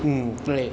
mm 对